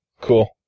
Cool